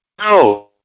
No